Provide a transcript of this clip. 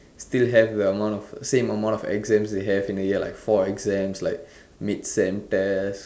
still have the amount of same amount of the exams they have like in a year like four exams like mid-sem test